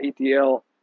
ETL